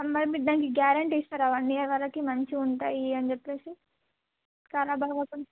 అ మ మీ దానికి గ్యారెంటీ ఇస్తారా వన్ ఇయర్ వరకి మంచి ఉంటాయి అని చెప్పేసి ఖరాబ్ అవ్వకుండా